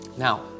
Now